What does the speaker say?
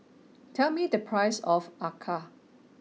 tell me the price of Acar